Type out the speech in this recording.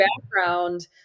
background